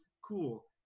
cool